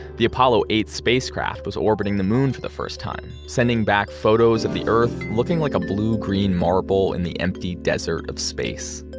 the apollo eight spacecraft was orbiting the moon for the first time, sending back photos of the earth, looking like a blue green marble in the empty desert of space.